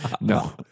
No